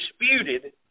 disputed